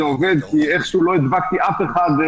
זה עובד כי איכשהו לא הדבקתי אף אחד.